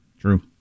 True